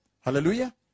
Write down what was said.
Hallelujah